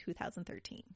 2013